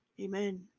amen